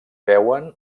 veuen